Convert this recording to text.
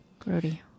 Grody